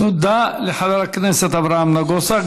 תודה לחבר הכנסת אברהם נגוסה.